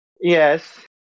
Yes